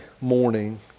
morning